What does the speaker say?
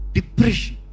Depression